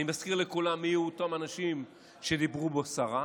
אני מזכיר לכולם מי אותם אנשים שדיברו בו סרה,